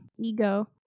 ego